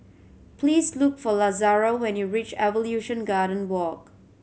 please look for Lazaro when you reach Evolution Garden Walk